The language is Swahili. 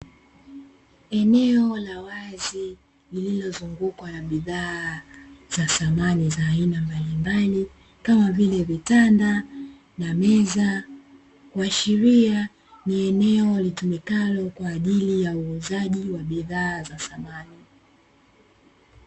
Eneo la wazi lilizongukwa na bidhaa za samani za aina mbalimbali, kama vile vitanda na meza, kuashiria ni eneo litumikalo kwa ajili ya uuzaji wa bidhaa za samani.